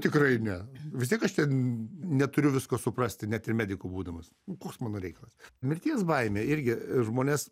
tikrai ne vis tiek aš ten neturiu visko suprast net ir mediku būdamas koks mano reikalas mirties baimė irgi žmonės